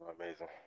Amazing